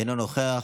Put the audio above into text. אינו נוכח,